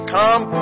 come